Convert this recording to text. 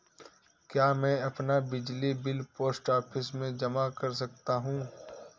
क्या मैं अपना बिजली बिल पोस्ट ऑफिस में जमा कर सकता हूँ?